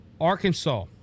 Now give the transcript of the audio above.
Arkansas